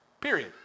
period